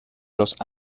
los